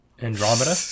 Andromeda